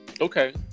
Okay